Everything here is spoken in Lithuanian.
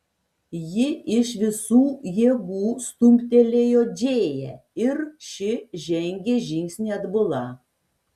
ji iš visų jėgų stumtelėjo džėją ir ši žengė žingsnį atbula